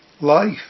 Life